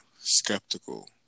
skeptical